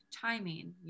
timing